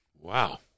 Wow